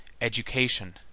education